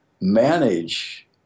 manage